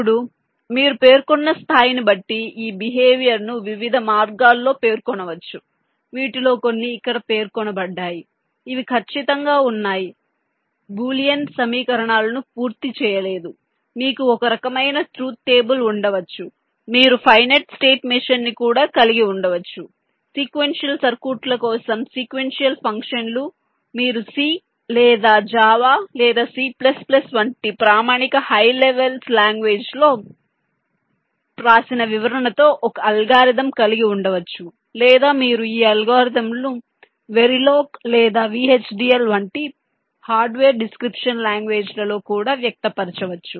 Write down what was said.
ఇప్పుడు మీరు పేర్కొన్న స్థాయిని బట్టి ఈ బిహేవియర్ ను వివిధ మార్గాల్లో పేర్కొనవచ్చు వీటిలో కొన్ని ఇక్కడ పేర్కొనబడ్డాయి ఇవి ఖచ్చితంగా ఉన్నాయి బూలియన్ సమీకరణాలను పూర్తి చేయలేదు మీకు ఒక రకమైన ట్రూత్ టేబుల్ ఉండవచ్చు మీరు ఫైనెట్ స్టేట్ మెషిన్ ని కూడా కలిగి ఉండవచ్చు సీక్వెన్షియల్ సర్క్యూట్ల కోసం సీక్వెన్షియల్ ఫంక్షన్లు మీరు సి లేదా జావా లేదా సి వంటి ప్రామాణిక హై లెవెల్ లాంగ్వేజ్ లో వ్రాసిన వివరణతో ఒక అల్గోరిథం కలిగి ఉండవచ్చు లేదా మీరు ఈ అల్గోరిథంలను వెరిలోగ్ లేదా విహెచ్డిఎల్ వంటి హార్డ్వేర్ డిస్క్రిప్షన్ లాంగ్వేజ్ లలో కూడా వ్యక్తపరచవచ్చు